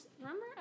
remember